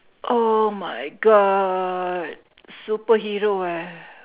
oh my god superhero ah